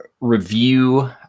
review